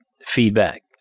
feedback